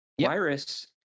virus